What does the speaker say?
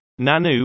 Nanu